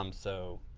um so,